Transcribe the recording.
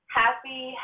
happy